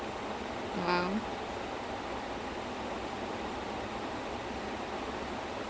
so I think that's got to be the most memorable meal out of a hat ya